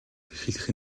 хэлэх